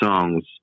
songs